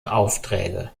aufträge